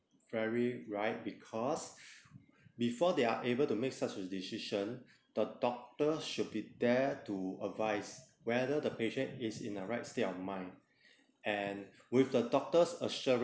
very right because before they are able to make such a decision the doctor should be there to advise whether the patient is in the right state of mind and with the doctors assura~